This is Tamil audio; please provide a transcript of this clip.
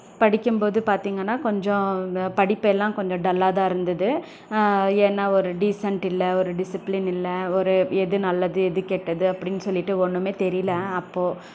படிக்கும்போது பார்த்திங்கன்னா கொஞ்சம் படிப்பெல்லாம் கொஞ்சம் டல்லாகதான் இருந்தது ஏன்னால் ஒரு டீசென்ட் இல்லை ஒரு டிசிப்ளின் இல்லை ஒரு எது நல்லது எது கெட்டது அப்படின்னு சொல்லிட்டு ஒன்றுமே தெரியலை அப்போது